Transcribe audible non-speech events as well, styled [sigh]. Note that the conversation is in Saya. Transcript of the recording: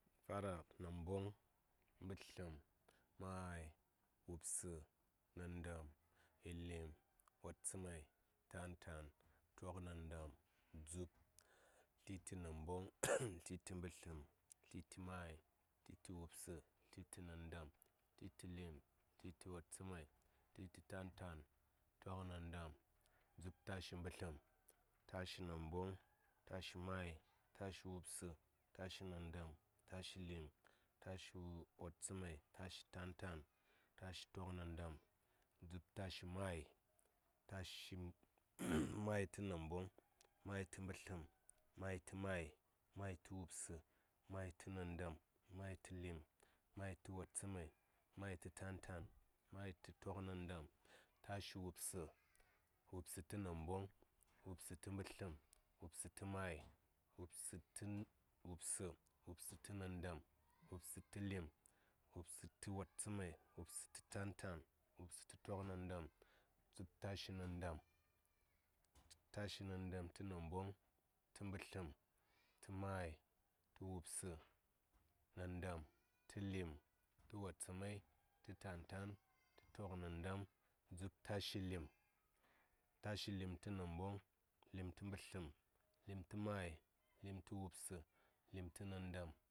namboŋ, mbətləm, mai, wubsə, nandam, illim, wattsəmai, tan tan, toknandam, dzub, tliti namboŋ, [noise] tliti mbətləm, tlitimai, tliti wubsə, tliti nandam, tliti lim, tliti wattsəmai, tliti tan tan, tliti toknandam, dzub tashi mbətləm, tashi mai, tashi wubsə, tashinandam, tashi lim, tashi wattsəmai, tashi tan tan, tashi toknandam, dzub tashi mai, [noise] mai tə namboŋ, mai tə mbətləm, mai tə mai, mai tə wubsə, mai tə nandam, mai tə lim, mai tə wattsəmai, mai tə tan tan, mai tə toknandam, tashi wubsə, wubsə tənamboŋ, wubsə tə mbətləm, wubsə təmai, wubsə tə wubsə, wubsə tə nandam, wubsə tə lim, wubsə tə wattsə mai, wubsə tə tan tan, wubsə tə toknandam, dzub tashinandam, tashi nandam tə namboŋ, tə mbət; əm, tə mai, tə wubsə, tə nandam, tə wattsə mai, tə tan tan, tə toknandam, dzub tashi lim, tashi lim tə nambaoŋ, lim tə mbətləm, lim tə mai, lim tə wubsə, lim tənandam.